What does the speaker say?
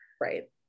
right